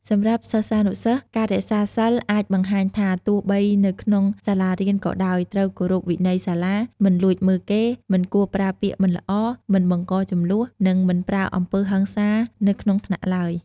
សម្រាប់សិស្សានុសិស្ស ការរក្សាសីលអាចបង្ហាញថាទោះបីនៅក្នុងសាលារៀនក៏ដោយត្រូវគោរពវិន័យសាលា មិនលួចមើលគេ មិនគួរប្រើពាក្យមិនល្អ មិនបង្កជម្លោះ និងមិនប្រើអំពើហិង្សានៅក្នុងថ្នាក់ឡើយ។